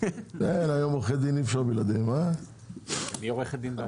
היום אי-אפשר בלי עורכי דין.